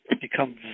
become